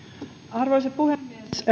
arvoisa puhemies